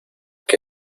que